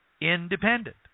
independent